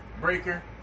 breaker